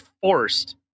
forced